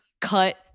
cut